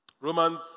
Romans